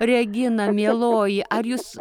regina mieloji ar jūs